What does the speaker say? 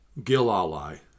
Gilali